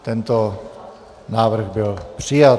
Tento návrh byl přijat.